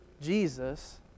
Jesus